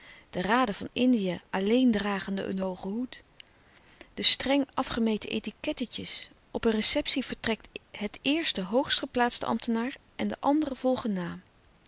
de raden van indië alléen dragende een hoogen hoed de streng afgemeten etiquettetjes op een receptie vertrekt het eerst de hoogst geplaatste ambtenaar en de anderen volgen